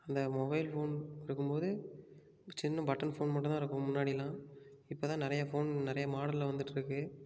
அந்த mobile phone இருக்கும்போது சின்ன பட்டன் ஃபோன் மட்டும் தான் இருக்கும் முன்னாடிலாம் இப்போதான் நிறைய ஃபோன் நிறைய மாடலில் வந்துட்டிருக்கு